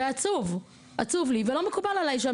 עצוב לי ולא מקובל עליי.